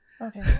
Okay